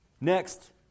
Next